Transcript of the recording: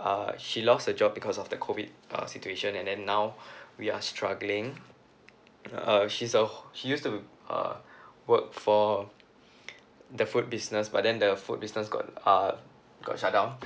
uh she lost her job because of the COVID err situation and then now we are struggling uh she's a whole she used to uh work for the food business but then the food business got uh got shut down